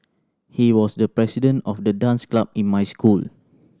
he was the president of the dance club in my school